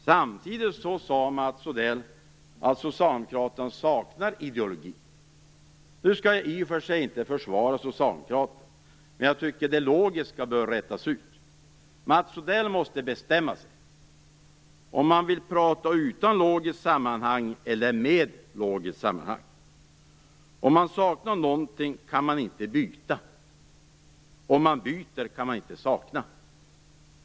Samtidigt sade Mats Odell att Socialdemokraterna saknar ideologi. Nu skall jag i och för sig inte försvara Socialdemokraterna, men jag tycker att det logiska bör redas ut. Mats Odell måste bestämma sig för om han vill prata utan logiskt sammanhang eller med logiskt sammanhang. Om man saknar någonting kan man inte byta. Om man byter kan man inte sakna.